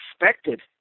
expected